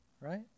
right